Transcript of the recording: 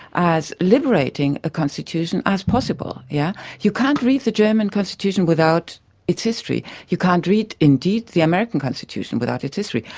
as liberating a constitution as possible. yeah you can't read the german constitution without its history. you can't read, indeed, the american constitution without its history.